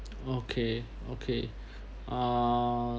okay okay uh